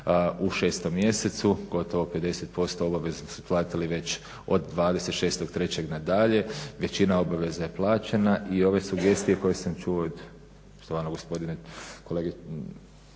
u 6. mjesecu, gotovo 50% obaveza su platili već od 26.3. nadalje, većina obaveza je plaćena i ove sugestije koje sam čuo od gospodina kolege